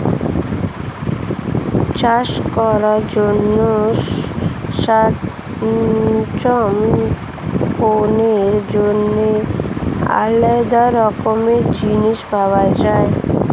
চাষ করার জন্য সরঞ্জাম কেনার জন্য আলাদা রকমের জিনিস পাওয়া যায়